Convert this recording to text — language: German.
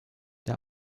der